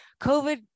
COVID